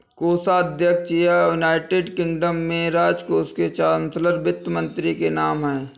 कोषाध्यक्ष या, United Kingdom में, राजकोष के चांसलर वित्त मंत्री के नाम है